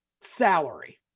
salary